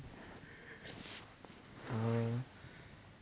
uh